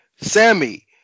Sammy